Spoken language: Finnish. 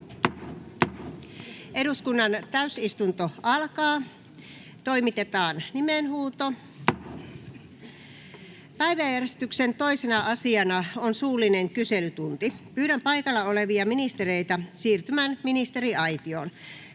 Suullinen kyselytunti Time: N/A Content: Päiväjärjestyksen 2. asiana on suullinen kyselytunti. Pyydän paikalla olevia ministereitä siirtymään ministeriaitioon.